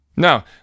Now